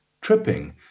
tripping